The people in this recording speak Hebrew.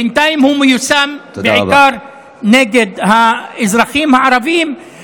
בינתיים הוא מיושם בעיקר נגד האזרחים הערבים.